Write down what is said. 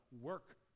work